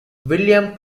william